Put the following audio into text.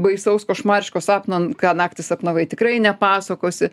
baisaus košmariško sapno ką naktį sapnavai tikrai nepasakosi